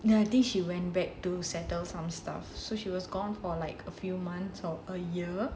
then I think she went back to settle some stuff so she was gone for like a few months or a year